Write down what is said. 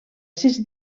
sis